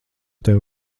tevi